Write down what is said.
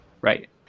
Right